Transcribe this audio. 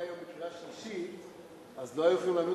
היום לקריאה שלישית אז לא יהיו יכולים להעמיד